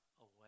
away